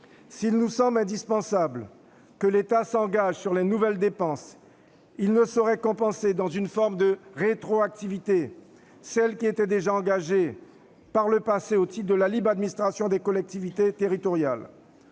S'il nous semble indispensable que l'État s'engage sur les nouvelles dépenses, il ne saurait compenser dans une forme de rétroactivité celles qui étaient déjà engagées par le passé au titre de la libre administration des collectivités territoriales.